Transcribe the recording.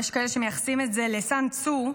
יש כאלה שמייחסים את זה לסון טסו,